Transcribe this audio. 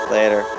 Later